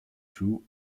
two